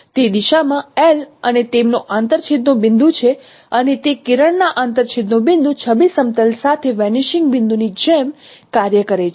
તે દિશામાં L અને તેમનો આંતરછેદનો બિંદુ છે અને તે કિરણ ના આંતરછેદનો બિંદુ છબી સમતલ સાથે વેનીશિંગ બિંદુ ની જેમ કાર્ય કરે છે